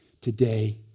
today